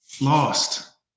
lost